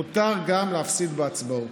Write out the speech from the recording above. מותר גם להפסיד בהצבעות.